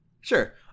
Sure